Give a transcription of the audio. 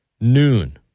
Noon